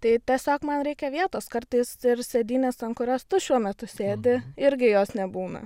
tai tiesiog man reikia vietos kartais ir sėdynės ant kurios tu šiuo metu sėdi irgi jos nebūna